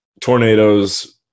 tornadoes